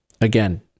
again